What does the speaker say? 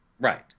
Right